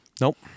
Nope